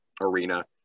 arena